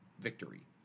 victory